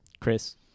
Chris